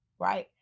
right